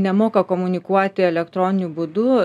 nemoka komunikuoti elektroniniu būdu